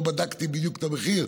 לא בדקתי בדיוק את המחיר,